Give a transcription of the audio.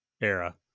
era